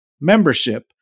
Membership